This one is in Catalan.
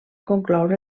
concloure